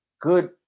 good